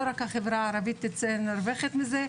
לא רק החברה הערבית תצא נשכרת מזה,